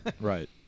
right